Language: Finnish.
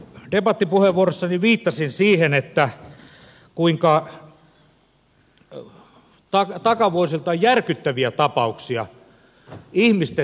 debattipuheenvuorossani viittasin siihen kuinka takavuosilta on järkyttäviä tapauksia ihmisten syyllistämisistä